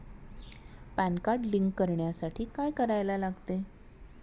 Pan card link करण्यासाठी काय करायला लागते?